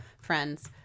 friends